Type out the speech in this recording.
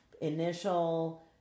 initial